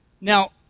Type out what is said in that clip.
Now